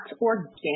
organic